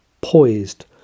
poised